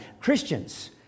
Christians